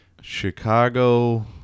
Chicago